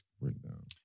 breakdown